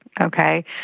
okay